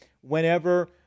whenever